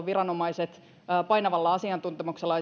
viranomaiset suosittaisivat painavalla asiantuntemuksella